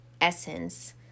essence